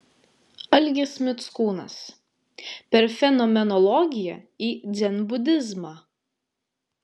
algis mickūnas per fenomenologiją į dzenbudizmą